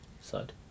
side